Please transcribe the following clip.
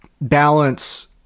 balance